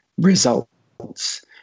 results